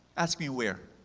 ask me where?